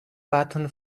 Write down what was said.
button